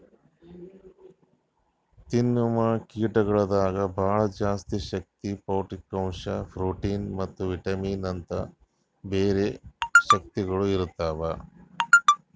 ತಿನ್ನವು ಕೀಟಗೊಳ್ದಾಗ್ ಭಾಳ ಜಾಸ್ತಿ ಶಕ್ತಿ, ಪೌಷ್ಠಿಕಾಂಶ, ಪ್ರೋಟಿನ್ ಮತ್ತ ವಿಟಮಿನ್ಸ್ ಅಂತ್ ಬ್ಯಾರೆ ಶಕ್ತಿಗೊಳ್ ಇರ್ತಾವ್